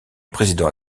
président